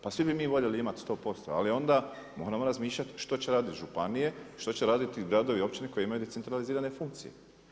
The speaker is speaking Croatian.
Pa svi bi mi voljeli imati 100% ali onda moramo razmišljati što će raditi županije i što će raditi gradovi i općine koji imaju decentralizirane funkcije.